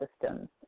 systems